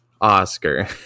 Oscar